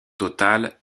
total